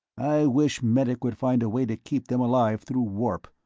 i wish medic would find a way to keep them alive through warp,